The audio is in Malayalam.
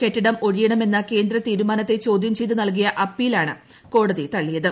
കെട്ടിടം ഒഴിയണമെന്ന കേന്ദ്ര തീരുമാനത്തെ ചോദ്യം ചെയ്ത് നൽകിയ അപ്പീലാണ് കോടതി തളളിയത്